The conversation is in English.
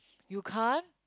you can't